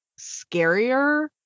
scarier